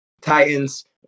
titans